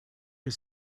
que